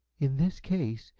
in this case,